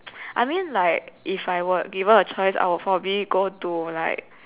I mean like if I were given the choice I would probably go to like